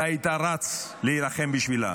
אתה היית רץ להילחם בשבילם,